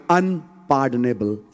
unpardonable